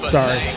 Sorry